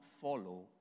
follow